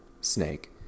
snake